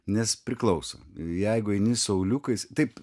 nes priklauso jeigu eini su auliukais taip